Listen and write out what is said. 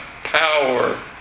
power